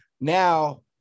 now